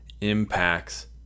impacts